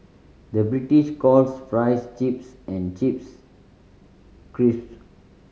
the British calls fries chips and chips